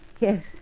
yes